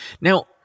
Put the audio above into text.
Now